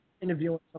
interviewing